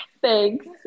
thanks